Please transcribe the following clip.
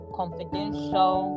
confidential